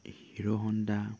Hero Honda